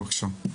בבקשה.